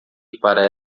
para